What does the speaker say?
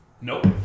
nope